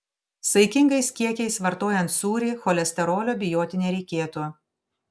saikingais kiekiais vartojant sūrį cholesterolio bijoti nereikėtų